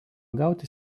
gauti